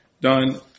done